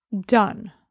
done